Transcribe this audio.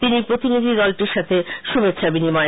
তিনি প্রতিনিধি দলটির সাথে শুভেচ্ছা বিনিময় করেন